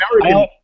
American